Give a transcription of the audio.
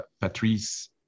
Patrice